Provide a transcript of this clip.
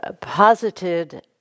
posited